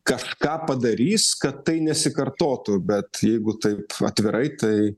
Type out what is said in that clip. kažką padarys kad tai nesikartotų bet jeigu taip atvirai tai